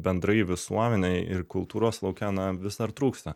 bendrai visuomenei ir kultūros lauke na vis dar trūksta